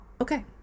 okay